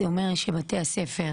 זה אומר שבתי הספר